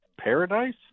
paradise